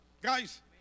Guys